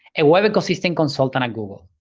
a web ecosystem consultant at google.